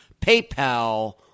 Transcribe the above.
PayPal